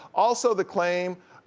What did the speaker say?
also, the claim,